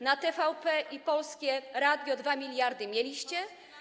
Na TVP i Polskie Radio 2 mld zł mieliście?